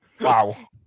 Wow